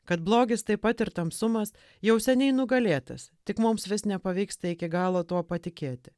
kad blogis taip pat ir tamsumas jau seniai nugalėtas tik mums vis nepavyksta iki galo tuo patikėti